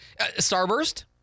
Starburst